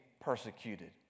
persecuted